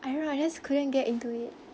I don't know I just couldn't get into it